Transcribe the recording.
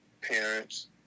parents